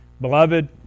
Beloved